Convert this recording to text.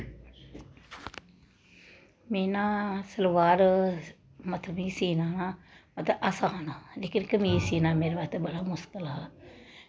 में ना सलवार मतलव सीना मतलव आसान ऐ लेकिन कमीज सीना मेरे बास्तै बड़ा मुश्कल हा